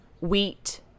wheat